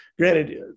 Granted